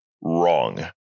wrong